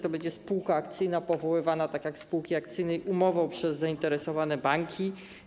To będzie spółka akcyjna powoływana tak jak spółki akcyjne - umową przez zainteresowane banki.